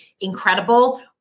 incredible